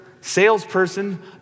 salesperson